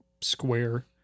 square